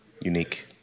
unique